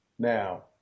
Now